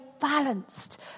balanced